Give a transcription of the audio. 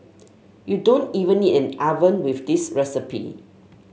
you don't even need an oven with this recipe